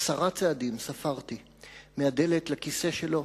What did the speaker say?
עשרה צעדים ספרתי מהדלת לכיסא שלו